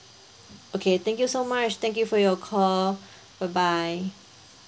okay thank you so much thank you for your call bye bye